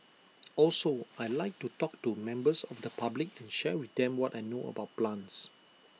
also I Like to talk to members of the public and share with them what I know about plants